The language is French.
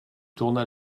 tourna